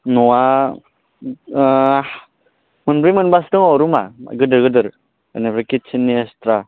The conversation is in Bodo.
न'आ मोनब्रै मोनबासो दङ रुमा गिदिर गिदिर बेनिफ्राय किट्चेननि एक्सट्रा